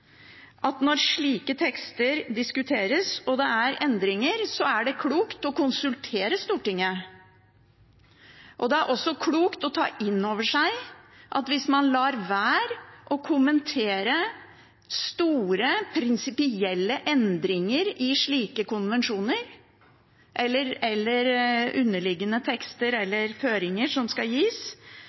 at når slike tekster diskuteres og det er endringer, er det klokt å konsultere Stortinget. Det er også klokt å ta inn over seg at hvis man lar være å kommentere store prinsipielle endringer i slike konvensjoner, underliggende tekster eller føringer som skal gis,